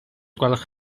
gwelwch